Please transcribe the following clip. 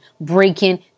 breaking